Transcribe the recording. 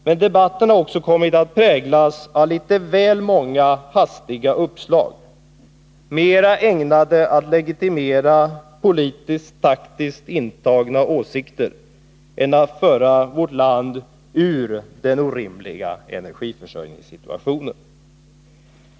Men debatten har också kommit att präglas avlitet väl många hastiga uppslag mera ägnade att legitimera politisk-taktiskt intagna ståndpunkter än att föra vårt land ur den orimliga energiförsörjningssituationen.